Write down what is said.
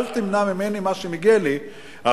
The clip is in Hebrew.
אל תמנע ממני מה שמגיע לי עכשיו,